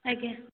ଆଜ୍ଞା